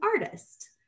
artist